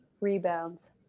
rebounds